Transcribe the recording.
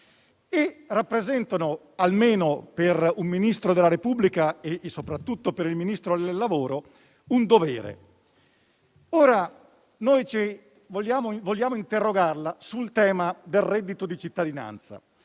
e rappresentano, almeno per un Ministro della Repubblica e soprattutto per il Ministro del lavoro e delle politiche sociali, un dovere. Vogliamo interrogarla sul tema del reddito di cittadinanza.